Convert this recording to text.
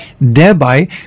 thereby